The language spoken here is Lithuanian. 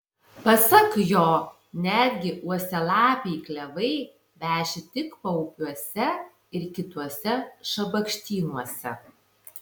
pasak jo netgi uosialapiai klevai veši tik paupiuose ir kituose šabakštynuose